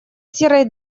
серой